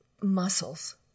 muscles